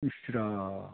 इस Ram